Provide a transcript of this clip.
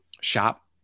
shop